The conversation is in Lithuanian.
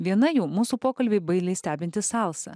viena jų mūsų pokalbį bailiai stebinti salsa